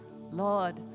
Lord